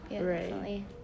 Right